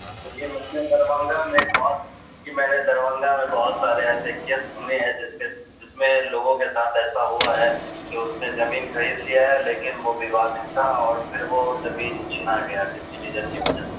کیونکہ میں نے دربھنگا میں بہت کیونکہ میں نے دربھنگا میں بہت سارے میں نے دربھنگا میں بہت سارے ایسے کیس سنے ہیں جس میں جس میں لوگوں کے ساتھ ایسا ہوا ہے کہ اس نے زمین خرید لیا ہے لیکن وہ ووادت تھا اور پھر وہ زمین چھنا گیا کسی ریجن کی وجہ سے